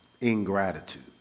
ingratitude